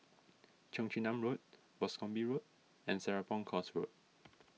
Cheong Chin Nam Road Boscombe Road and Serapong Course Road